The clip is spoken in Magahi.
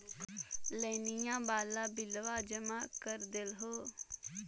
लोनिया वाला बिलवा जामा कर देलहो?